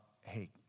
Hey